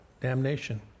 Damnation